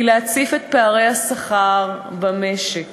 היא להציף את פערי השכר במשק